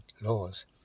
laws